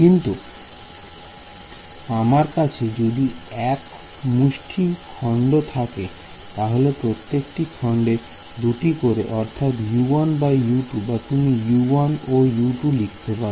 কিন্তু আমার কাছে যদি এক মুষ্টি খন্ড থাকে তাহলে প্রত্যেকটি খন্ডে দুটি করে অর্থাৎ U1 বা U2 বা তুমি U1 ও U2 লিখতে পারো